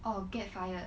or get fired